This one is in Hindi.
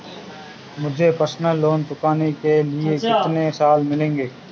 मुझे पर्सनल लोंन चुकाने के लिए कितने साल मिलेंगे?